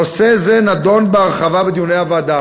נושא זה נדון בהרחבה בדיוני הוועדה.